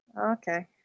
Okay